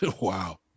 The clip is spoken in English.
Wow